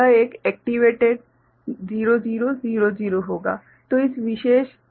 तो यह एक एक्टिवेटेड 0000 होगा